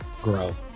grow